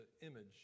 image